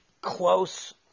close